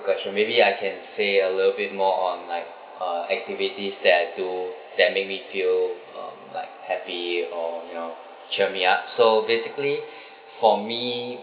question maybe I can say I love it more on like uh activities that I do that make me feel um like happy or you know cheer me up so basically for me